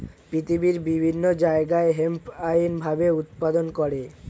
পৃথিবীর বিভিন্ন জায়গায় হেম্প আইনি ভাবে উৎপাদন করে